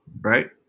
right